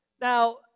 Now